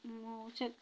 ମୁଁ ସେ